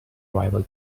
rival